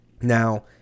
Now